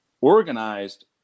organized